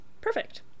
Perfect